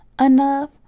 enough